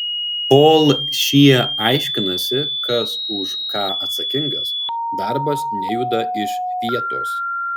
kol šie aiškinasi kas už ką atsakingas darbas nejuda iš vietos